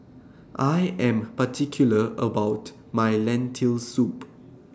I Am particular about My Lentil Soup